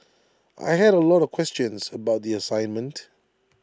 I had A lot of questions about the assignment